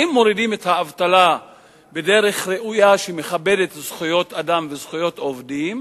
האם מורידים את האבטלה בדרך ראויה שמכבדת זכויות אדם וזכויות עובדים,